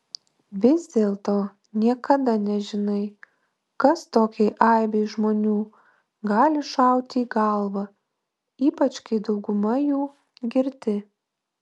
vis dėlto niekada nežinai kas tokiai aibei žmonių gali šauti į galvą ypač kai dauguma jų girti